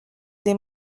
des